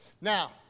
Now